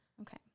Okay